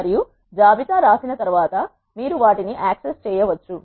మరియు జాబితా రాసిన తర్వాత మీరు వాటిని యాక్సెస్ చేయవచ్చు